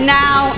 now